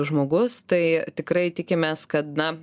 žmogus tai tikrai tikimės kad na